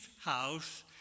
house